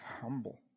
humble